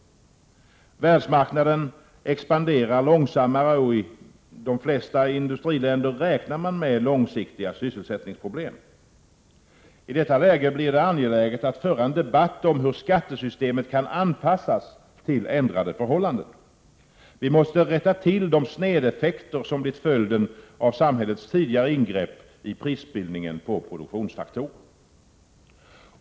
Världsmarknaden expanderar långsammare och i de flesta industriländer räknar man med långsiktiga sysselsättningsproblem. I detta läge blir det angeläget att föra en debatt om hur skattesystemet kan anpassas till ändrade förhållanden. Vi måste rätta till de snedeffekter som blivit följden av samhällets tidigare ingrepp i prisbildningen på produktionsfaktorer.